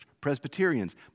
Presbyterians